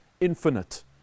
infinite